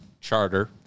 Charter